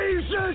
Jesus